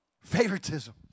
favoritism